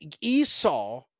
Esau